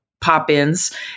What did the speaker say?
pop-ins